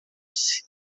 esse